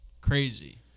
crazy